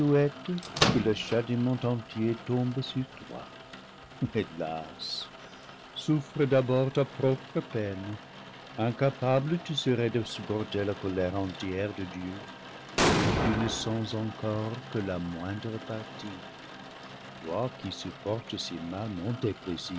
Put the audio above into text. que le châtiment entier tombe sur toi hélas souffre d'abord ta propre peine incapable lu serais de supporter la colère entière de dieu dont tu ne sens encore que la moindre partie toi qui sup portes si mal